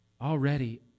already